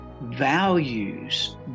values